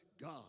God